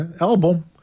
Album